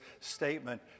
statement